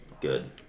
good